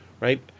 right